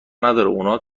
نداره، اونا